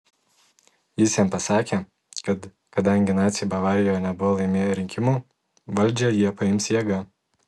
jis jam pasakė kad kadangi naciai bavarijoje nebuvo laimėję rinkimų valdžią jie paims jėga